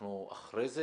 אנחנו אחרי זה?